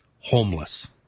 homeless